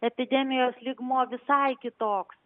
epidemijos lygmuo visai kitoks